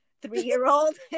three-year-old